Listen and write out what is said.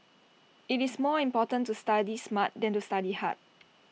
IT is more important to study smart than to study hard